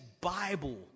bible